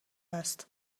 است